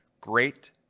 great